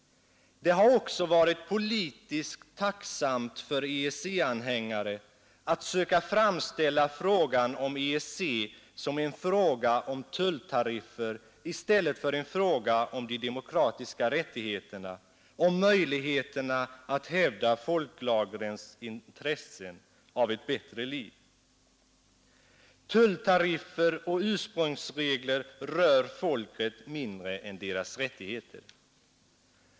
Det har också varit politiskt tacksamt för EEC-anhängare att söka framställa frågan om EEC som en fråga om tulltariffer i stället för en fråga om de demokratiska rättigheterna, om möjligheterna att hävda folklagrens intresse av ett bättre liv. Tulltariffer och ursprungsregler rör folket mindre än deras rättigheter.